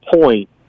point